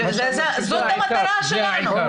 זאת המטרה שלנו.